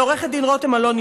לעו"ד רותם אלוני,